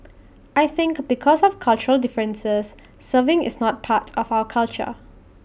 I think because of cultural differences serving is not part of our culture